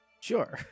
Sure